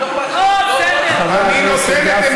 אתה מסתדר,